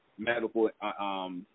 medical